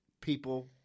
people